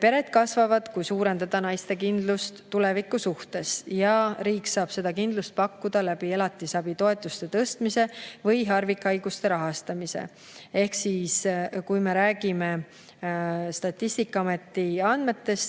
Pered kasvavad, kui suurendada naiste kindlust tuleviku suhtes. Riik saab seda kindlust pakkuda elatisabitoetuste tõstmise või harvikhaiguste [ravi] rahastamise abil. Kui me räägime Statistikaameti andmetest,